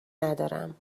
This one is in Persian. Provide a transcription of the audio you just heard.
ندارم